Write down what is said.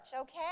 Okay